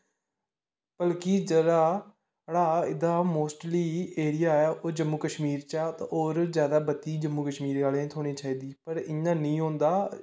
बल्की एहदा जेहड़ा mostly area ऐ ओह् जम्मू कशमीर च ते और ज्यादा बत्ती जम्मू कशमीर आहली गी थ्होनी चाहदी पर इयां नेईं होंदा